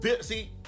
see